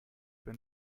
been